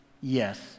yes